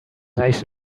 naiz